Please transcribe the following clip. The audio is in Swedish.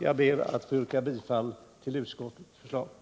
Jag ber att få yrka bifall till utskottets hemställan.